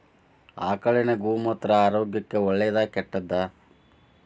ಆಕಳಿನ ಗೋಮೂತ್ರ ಆರೋಗ್ಯಕ್ಕ ಒಳ್ಳೆದಾ ಕೆಟ್ಟದಾ?